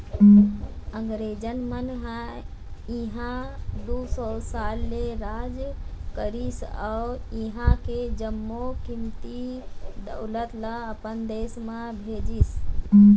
अंगरेज मन ह इहां दू सौ साल ले राज करिस अउ इहां के जम्मो कीमती दउलत ल अपन देश म भेजिस